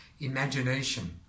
imagination